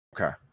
Okay